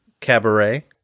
Cabaret